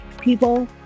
people